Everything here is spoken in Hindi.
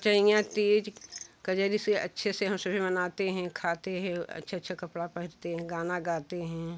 पचैया तीज कजरी सी अच्छे से हम सभी मनाते हैं खाते हैं अच्छे अच्छे कपड़ा पहनते हैं गाना गाते हैं